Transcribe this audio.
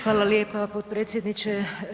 Hvala lijepa potpredsjedniče.